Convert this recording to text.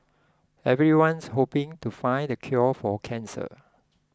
everyone's hoping to find the cure for cancer